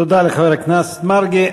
תודה לחבר הכנסת מרגי.